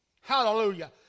Hallelujah